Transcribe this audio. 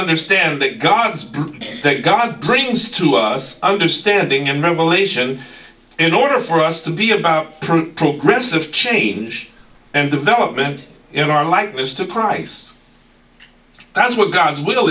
understand that god's god brings to us understanding and revelation in order for us to be about progressive change and development in our likeness to price that's what god's will